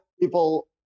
people